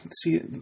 See